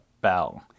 Bell